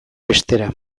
bestera